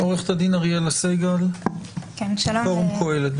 עורכת הדין אריאלה סגל מפורום קהלת.